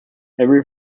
every